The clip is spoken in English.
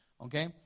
okay